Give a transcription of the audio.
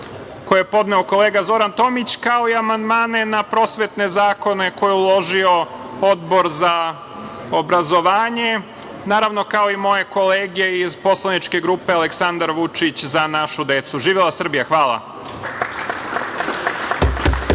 koje je podneo kolega Zoran Tomić, kao i amandmane na prosvetne zakone koje je uložio Odbor za obrazovanje, naravno kao i moje kolege iz poslaničke grupe "Aleksandar Vučić – Za našu decu".Živela Srbija. Hvala.